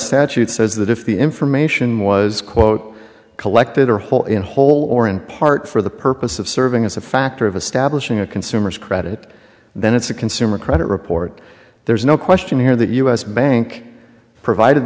statute says that if the information was quote collected or whole in whole or in part for the purpose of serving as a factor of establishing a consumer's credit then it's a consumer credit report there's no question here that u s bank provided